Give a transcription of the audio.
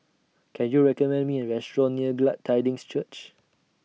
Can YOU recommend Me A Restaurant near Glad Tidings Church